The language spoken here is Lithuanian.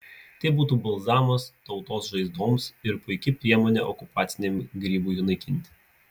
tai būtų balzamas tautos žaizdoms ir puiki priemonė okupaciniam grybui naikinti